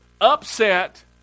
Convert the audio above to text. upset